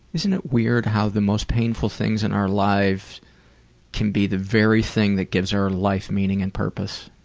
isn't it weird how the most painful things in our lives can be the very thing that gives our life meaning and purpose?